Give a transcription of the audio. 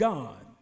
God